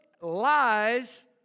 lies